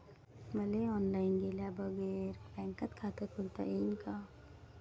मले ऑनलाईन गेल्या बगर बँकेत खात खोलता येईन का?